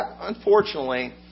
unfortunately